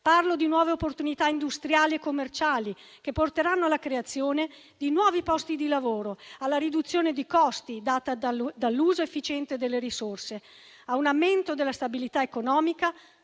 Parlo di nuove opportunità industriali e commerciali, che porteranno alla creazione di nuovi posti di lavoro, alla riduzione di costi dati dall'uso efficiente delle risorse, a un aumento della stabilità economica